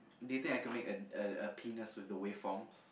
do you think I could make a a a penis with the waveforms